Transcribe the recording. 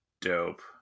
Dope